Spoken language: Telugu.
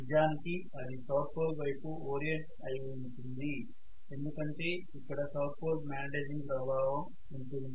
నిజానికి అది సౌత్ పోల్ వైపు ఓరియంట్ అయి ఉంటుంది ఎందుకంటే ఇక్కడ సౌత్ పోల్ మాగ్నెటైజింగ్ ప్రభావం ఉంటుంది